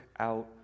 out